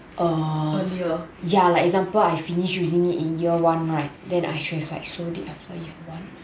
err ya like example I finish using it in year one right then I should have like sold it year one